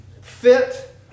fit